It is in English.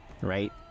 right